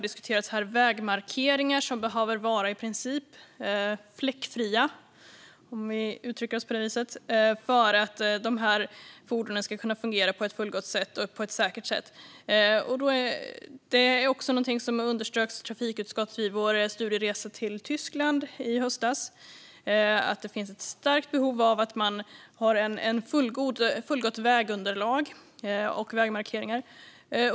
Här har vägmarkeringar diskuterats, som i princip behöver vara fläckfria - om jag uttrycker det på detta sätt - för att dessa fordon ska kunna fungera på ett fullgott och säkert sätt. Vid trafikutskottets studieresa till Tyskland i höstas underströks att det finns ett stort behov av att man har ett fullgott vägunderlag och vägmarkeringar.